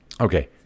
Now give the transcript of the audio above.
Okay